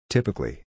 Typically